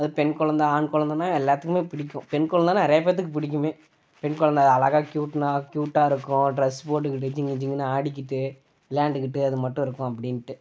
அது பெண் குழந்த ஆண் குழந்தனா எல்லாத்துக்கும் பிடிக்கும் பெண் குழந்தனா நிறையாப் பேற்றுக்கு பிடிக்குமே பெண் குழந்த அழகாக க்யூட்னா க்யூட்டாக இருக்கும் ட்ரஸ் போட்டுக்கிட்டு ஜிங்குஜிங்னு ஆடிக்கிட்டு விளையாண்டுக்கிட்டு அதுமட்டும் இருக்கும் அப்படின்டு